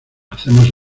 hacemos